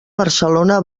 barcelona